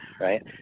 right